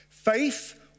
Faith